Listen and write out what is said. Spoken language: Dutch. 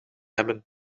hebben